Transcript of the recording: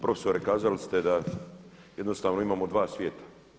Profesore kazali ste da jednostavno imamo dva svijeta.